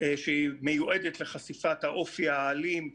שהיא מיועדת לחשיפת האופי האלים,